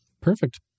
Perfect